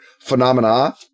phenomena